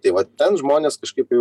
tai va ten žmonės kažkaip jau